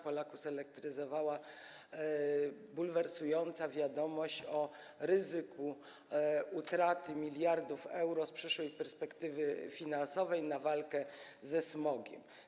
Polaków zelektryzowała bulwersująca wiadomość o ryzyku utraty miliardów euro z przyszłej perspektywy finansowej na walkę ze smogiem.